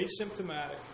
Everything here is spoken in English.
asymptomatic